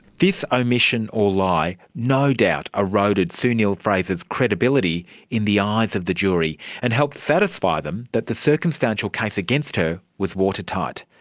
this omission or lie no doubt eroded sue neill-fraser's credibility in the eyes of the jury and helped satisfy them that the circumstantial case against her was watertight.